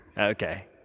Okay